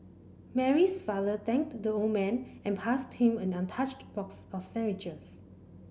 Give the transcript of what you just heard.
Mary's father thanked the old man and passed him an untouched box of sandwiches